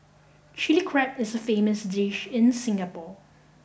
Chilli Crab is a famous dish in Singapore